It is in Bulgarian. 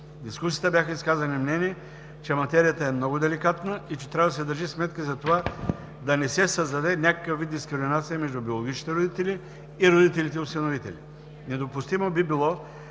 дискусията бяха изказани мнения, че материята е много деликатна и че трябва да се държи сметка за това да не се създаде някакъв вид дискриминация между биологичните родители и родителите осиновители. Недопустимо би било